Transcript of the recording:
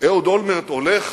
אהוד אולמרט הולך